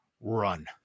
run